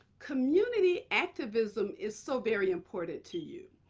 community activism is so very important to you.